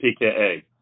PKA